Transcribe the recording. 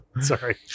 Sorry